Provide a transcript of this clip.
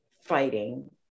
fighting